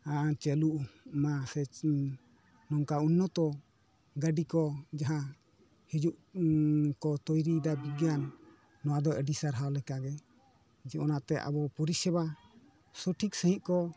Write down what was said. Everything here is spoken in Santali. ᱪᱟᱹᱞᱩᱜ ᱢᱟ ᱥᱮ ᱪᱮᱫ ᱱᱚᱝᱠᱟ ᱩᱱᱱᱚᱛᱚ ᱜᱟᱹᱰᱤ ᱠᱚ ᱡᱟᱦᱟᱸ ᱦᱤᱡᱩᱜ ᱠᱚ ᱛᱚᱭᱨᱤᱭ ᱫᱟ ᱵᱤᱜᱽᱜᱟᱱ ᱱᱚᱣᱟ ᱫᱚ ᱟᱹᱰᱤ ᱥᱟᱨᱦᱟᱣ ᱞᱮᱠᱟᱜᱮ ᱡᱮ ᱚᱱᱟ ᱛᱮ ᱟᱵᱚ ᱯᱚᱨᱤᱥᱮᱵᱟ ᱥᱚᱴᱷᱤᱠ ᱥᱟᱺᱦᱤᱡ ᱠᱚ